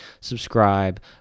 subscribe